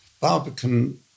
Barbican